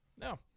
No